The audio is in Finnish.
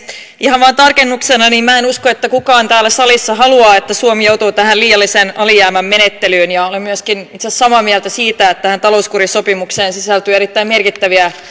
ihan vain tarkennuksena että minä en usko että kukaan täällä salissa haluaa että suomi joutuu tähän liiallisen alijäämän menettelyyn ja olen myöskin itse asiassa samaa mieltä siitä että tähän talouskurisopimukseen sisältyy erittäin merkittäviä